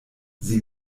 sie